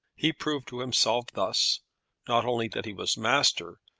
he proved to himself thus not only that he was master,